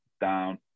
down